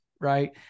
right